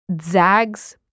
zag's